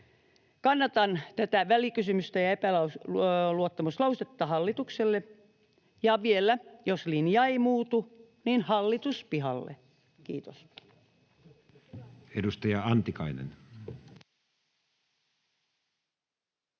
Kannatan tätä välikysymystä ja epäluottamuslausetta hallitukselle. Ja vielä: jos linja ei muutu, niin hallitus pihalle. — Kiitos.